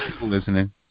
listening